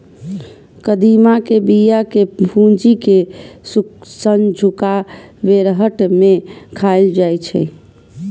कदीमा के बिया कें भूजि कें संझुका बेरहट मे खाएल जाइ छै